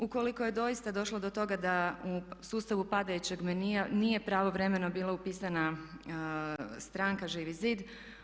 Ukoliko je doista došlo do toga da u sustavu padajućeg menija nije pravovremeno bila upisana stranka Živi zid.